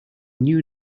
new